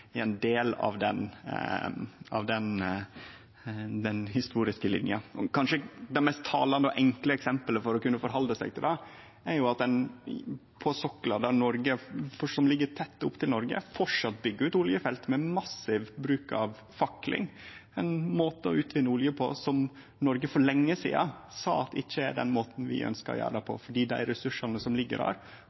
del av den historiske lina. Kanskje det mest talande og enkle eksemplet for å kunne sjå det, er at ein på soklar som ligg tett opp til Noreg, framleis byggjer ut oljefelt med massiv bruk av fakling – ein måte å utvinne olje på som Noreg for lenge sidan sa ikkje er den måten vi ønskjer å gjere det på, fordi dei ressursane som ligg der,